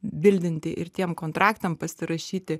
bildinti ir tiem kontraktam pasirašyti